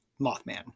Mothman